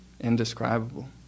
Indescribable